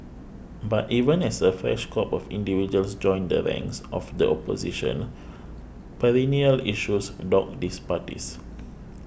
but even as a fresh crop of individuals joins the ranks of the Opposition perennial issues dog these parties